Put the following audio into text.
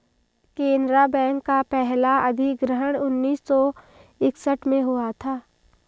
Canara bank का पहला अधिग्रहण उन्नीस सौ इकसठ में हुआ था